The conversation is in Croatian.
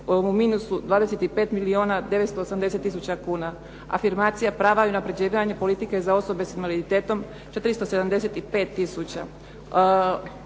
25 tisuća, 980 tisuća kuna. Afirmacija prava i unapređivanja politike za osobe s invaliditetom 475